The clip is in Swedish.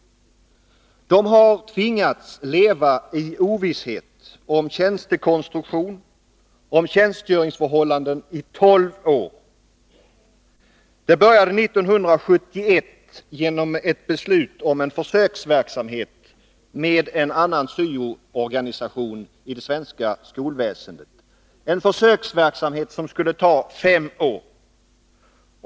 Syo-konsulenterna har tvingats leva i ovisshet om tjänstekonstruktion och tjänstgöringsförhållanden i tolv år. Det började 1971 genom ett beslut om en försöksverksamhet med en annan syo-organisation i det svenska skolväsendet, en försöksverksamhet som skulle ta fem år.